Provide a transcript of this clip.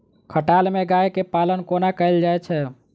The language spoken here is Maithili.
खटाल मे गाय केँ पालन कोना कैल जाय छै?